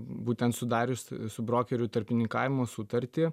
būtent sudarius su brokeriu tarpininkavimo sutartį